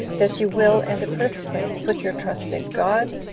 that you will, in the first place, put your trust in god,